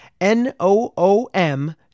N-O-O-M